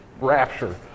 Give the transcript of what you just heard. rapture